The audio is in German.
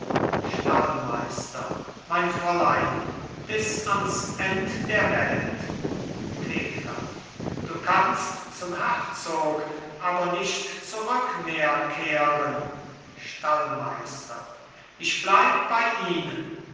stallmeister mein fräulein bis ans end der welt thekla du kannst zum herzog aber nicht zurück mehr kehren stallmeister ich bleib bei ihnen